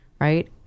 right